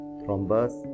thrombus